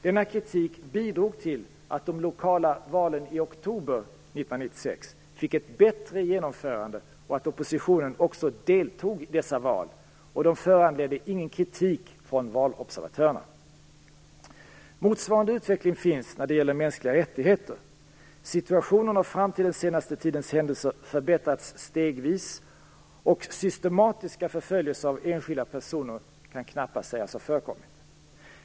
Denna kritik bidrog till att de lokala valen i oktober 1996 fick ett bättre genomförande och att oppositionen också deltog i dessa val. Valen föranledde ingen kritik från valobservatörerna. Motsvarande utveckling finns när det gäller mänskliga rättigheter. Situationen har fram till den senaste tidens händelser förbättrats stegvis. Systematiska förföljelser av enskilda personer kan knappast sägas ha förekommit.